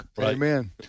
Amen